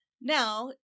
Now